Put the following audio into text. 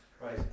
Right